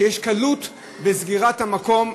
שיש קלות בסגירת המקום.